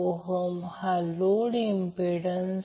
Y connected load आणि Y connected source